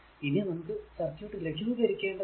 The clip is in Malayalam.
ഇനി നമുക്ക് ഈ സർക്യൂട് ലഘൂകരിക്കേണ്ടതുണ്ട്